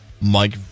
Mike